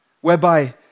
Whereby